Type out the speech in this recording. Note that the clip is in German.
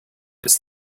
ist